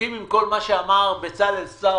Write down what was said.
מסכים עם כל מה שאמר בצלאל סמוטריץ',